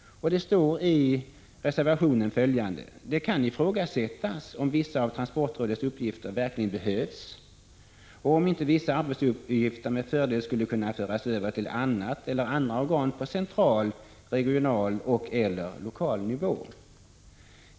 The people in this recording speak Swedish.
Det står i reservationen följande: ”Det kan ifrågasättas om vissa av transportrådets arbetsuppgifter verkligen behövs och om inte vissa arbetsuppgifter med fördel skulle kunna föras över till annat eller andra organ på central, regional och/eller lokal nivå.